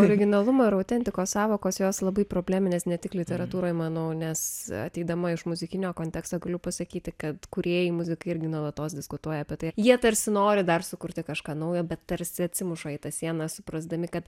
originalumo ir autentikos sąvokos jos labai probleminės ne tik literatūrai manau nes ateidama iš muzikinio konteksto galiu pasakyti kad kūrėjai muzikai irgi nuolatos diskutuoja apie tai jie tarsi nori dar sukurti kažką naujo bet tarsi atsimuša į tą sieną suprasdami kad